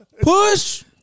Push